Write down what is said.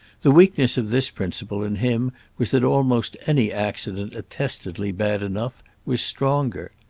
the weakness of this principle in him was that almost any accident attestedly bad enough was stronger.